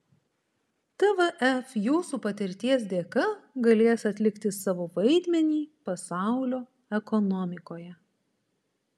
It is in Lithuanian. tvf jūsų patirties dėka galės atlikti savo vaidmenį pasaulio ekonomikoje